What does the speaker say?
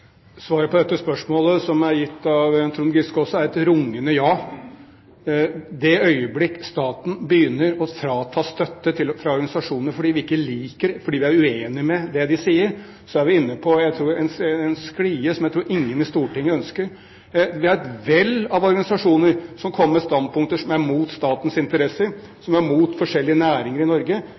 Svaret på det første spørsmålet, som også er besvart av Trond Giske, er et rungende ja! I det øyeblikk staten begynner å frata støtte til organisasjonene fordi vi ikke liker eller fordi vi er uenig i det de sier, er vi inne på en sklie som jeg tror ingen i Stortinget ønsker. Vi har et vell av organisasjoner som kommer med standpunkter som er imot statens interesser, som er imot forskjellige næringer i Norge,